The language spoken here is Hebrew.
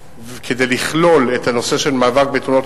כדי לכלול את הנושא של מאבק בתאונות